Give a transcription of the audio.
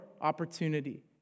opportunity